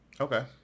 Okay